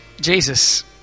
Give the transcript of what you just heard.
Jesus